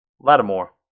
Lattimore